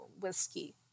whiskey